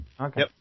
Okay